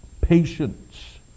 patience